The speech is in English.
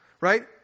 right